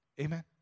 Amen